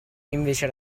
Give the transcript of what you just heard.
invece